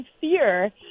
fear